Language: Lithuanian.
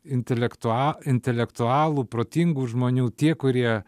intelektua intelektualų protingų žmonių tie kurie